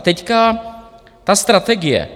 Teď ta strategie.